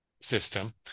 system